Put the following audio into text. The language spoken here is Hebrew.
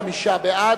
45 בעד,